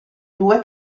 due